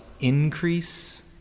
increase